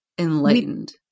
enlightened